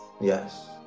Yes